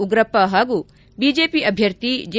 ಉಗ್ರಪ್ಪ ಹಾಗೂ ಬಿಜೆಪಿ ಅಭ್ಯರ್ಥಿ ಜೆ